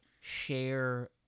share